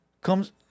comes